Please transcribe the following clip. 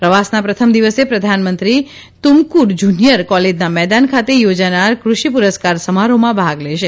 પ્રવાસના પ્રથમ દિવસે પ્રધાનમંત્રી તુમકુર્ડ જુનિયર કોલેજના મેદાન ખાતે યોજાનાર ક્રષિપુરસ્કાર સમારોહમાં ભાગ લેશે